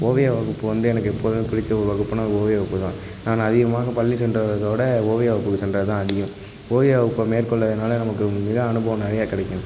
ஓவிய வகுப்பு வந்து எனக்கு எப்போதும் பிடித்த ஒரு வகுப்புனால் அது ஓவிய வகுப்பு தான் நானு அதிகமாக பள்ளி சென்றதை விட ஓவிய வகுப்புக்கு சென்றது தான் அதிகம் ஓவிய வகுப்பு மேற்கொண்டதனால நமக்கு அனுபவம் நிறையா கிடைக்கும்